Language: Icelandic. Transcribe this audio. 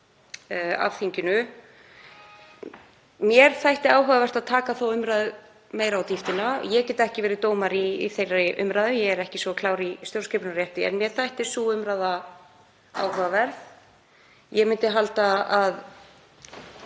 Mér þætti áhugavert að taka þá umræðu meira á dýptina. Ég get ekki verið dómari í þeirri umræðu, ég er ekki svo klár í stjórnskipunarrétti, en mér þætti sú umræða áhugaverð. Ég myndi halda að